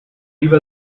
leave